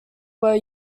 were